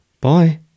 Bye